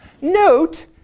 Note